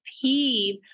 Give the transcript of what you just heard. peeve